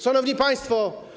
Szanowni Państwo!